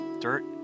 Dirt